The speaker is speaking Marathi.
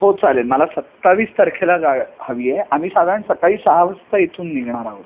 हो चालेल मला सत्तावीस तारखेला गा हवी आहे आम्ही साधारण सकाळी सहा वाजता इथून निघणार आहोत